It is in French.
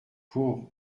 pour